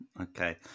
Okay